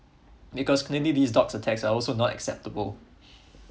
because maybe these dox attacks are also not acceptable